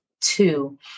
two